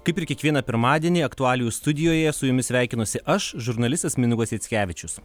kaip ir kiekvieną pirmadienį aktualijų studijoje su jumis sveikinuosi aš žurnalistas mindaugas rickevičius